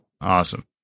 Awesome